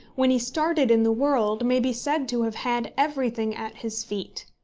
when he started in the world, may be said to have had everything at his feet.